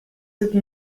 cette